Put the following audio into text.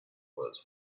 words